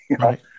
Right